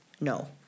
No